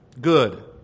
good